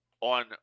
on